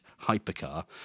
hypercar